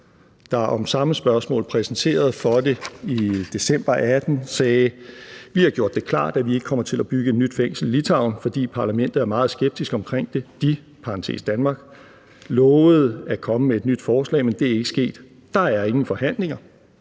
der om samme spørgsmål, da han blev præsenteret for det i december 2018, sagde: »Vi har gjort det klart, at vi ikke kommer til at bygge et nyt fængsel i Litauen, fordi parlamentet er meget skeptisk over for det. De (Danmark) lovede at komme med et nyt forslag, men det er ikke sket. Der er ingen forhandlinger«.